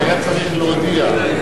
שהיה צריך להודיע,